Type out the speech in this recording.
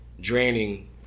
draining